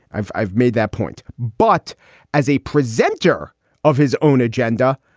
i've i've made that point. but as a presenter of his own agenda,